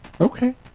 okay